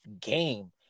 game